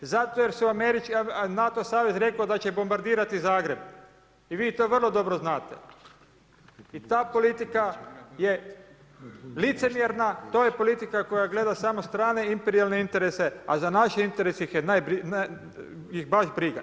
Zato jer je NATO savez rekao da će bombardirati Zagreb i vi to vrlo dobro znate i ta politika je licemjerna, to je politika koja gleda smo strane i imperijalne interese, a za naše interese ih je baš briga.